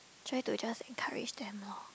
try to just encourage them loh